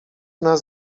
nas